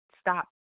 stop